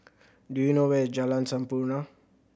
do you know where is Jalan Sampurna